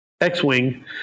X-wing